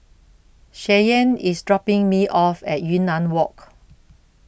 Cheyenne IS dropping Me off At Yunnan Walk